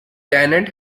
tenant